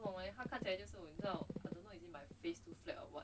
我们看起来就是一个 face to flat or what